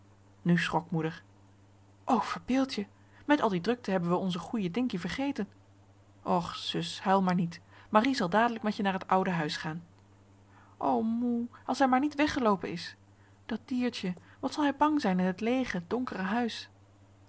nu schrok moeder o verbeeld je met al die drukte hebben wij onzen goeien dinkie vergeten och zus huil maar niet marie zal dadelijk met je naar het oude huis gaan o moe als hij maar niet weggeloopen is dat diertje wat zal hij bang zijn in het leege donkere huis